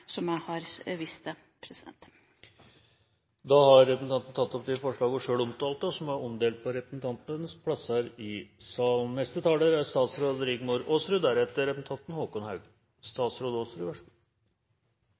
som jeg har vist til. Representanten Trine Skei Grande har tatt opp de forslagene hun refererte til, og som er omdelt på representantenes plasser i salen. Jeg er